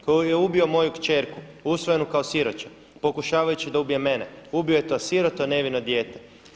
Koji je ubio moju kćerku usvojenu kao siroče pokušavajući da ubije mene, ubio je to siroto nevino dijete.